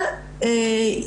בקיצור,